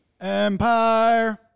Empire